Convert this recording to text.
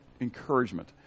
encouragement